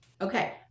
Okay